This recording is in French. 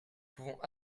pouvons